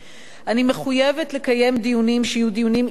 אני מחויבת לקיים דיונים שיהיו דיונים ענייניים